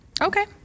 Okay